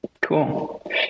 Cool